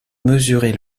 mesurer